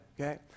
okay